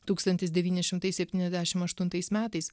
tūkstantis devyni šimtai septyniasdešim aštuntais metais